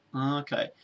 Okay